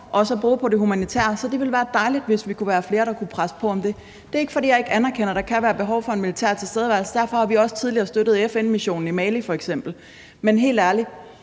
også at bruge på det humanitære. Så det ville være dejligt, hvis vi kunne være flere, der kunne presse på for det. Det er ikke, fordi jeg ikke anerkender, at der kan være behov for en militær tilstedeværelse, og derfor har vi også tidligere støttet FN-missionen i f.eks. Mali, men helt ærligt: